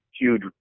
huge